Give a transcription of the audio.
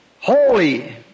Holy